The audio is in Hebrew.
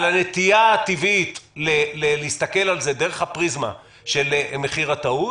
על הנטייה הטבעית להסתכל על זה דרך הפריזמה של מחיר הטעות,